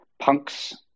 punks